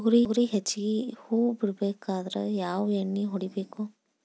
ತೊಗರಿ ಹೆಚ್ಚಿಗಿ ಹೂವ ಬಿಡಬೇಕಾದ್ರ ಯಾವ ಎಣ್ಣಿ ಹೊಡಿಬೇಕು?